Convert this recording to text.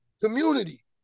community